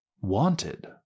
Wanted